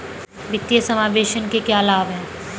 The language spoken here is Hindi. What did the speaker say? वित्तीय समावेशन के क्या लाभ हैं?